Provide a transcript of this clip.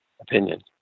opinion